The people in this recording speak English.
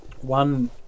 one